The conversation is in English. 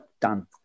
Done